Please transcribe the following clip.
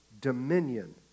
dominion